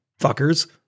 fuckers